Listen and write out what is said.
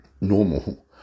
normal